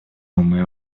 умы